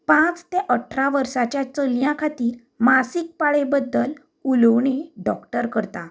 पांच ते अठरा वर्साच्या चलयां खातीर मासीक पाळये बद्दल उलोवणी डॉक्टर करता